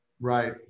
Right